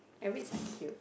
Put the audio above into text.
rabbits are cute